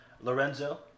Lorenzo